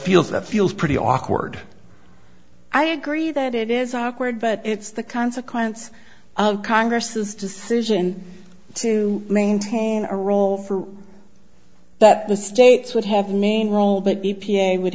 feels that feels pretty awkward i agree that it is awkward but it's the consequence of congress's decision to maintain a role for that the states would have named role but e p a would